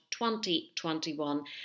2021